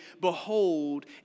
behold